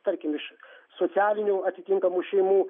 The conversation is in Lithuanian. tarkim iš socialinių atitinkamų šeimų